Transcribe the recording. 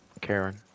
Karen